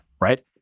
Right